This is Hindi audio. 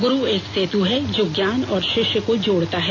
गुरू एक सेतु है जो ज्ञान और षिष्य को जोड़ता है